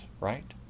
right